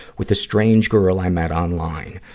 with a strange girl i met online.